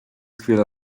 chwilę